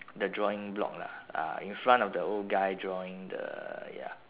the drawing block lah uh in front of the old guy drawing the ya